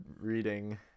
reading